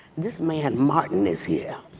this man martin is here.